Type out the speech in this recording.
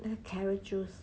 还有 carrot juice